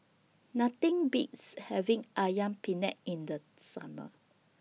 Nothing Beats having Ayam Penyet in The Summer